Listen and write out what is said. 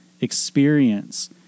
experience